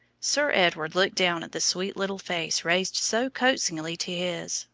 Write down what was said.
sir edward looked down at the sweet little face raised so coaxingly to his,